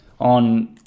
on